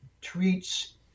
treats